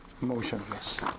motionless